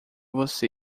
você